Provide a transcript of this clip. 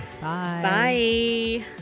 Bye